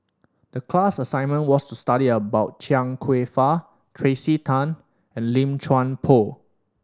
the class assignment was to study about Chia Kwek Fah Tracey Tan and Lim Chuan Poh